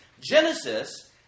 Genesis